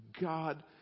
God